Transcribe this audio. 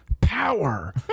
power